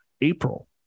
April